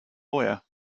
lawyer